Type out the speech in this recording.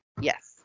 Yes